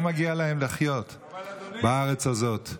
לא מגיע להם לחיות בארץ הזאת.